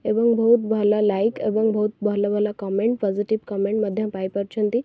ଏବଂ ବହୁତ ଭଲ ଲାଇକ୍ ଏବଂ ବହୁତ ଭଲ ଭଲ କମେଣ୍ଟ୍ ପଜେଟିଭ୍ କମେଣ୍ଟ୍ ମଧ୍ୟ ପାଇ ପାରୁଛନ୍ତି